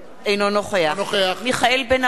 אינו נוכח מיכאל בן-ארי,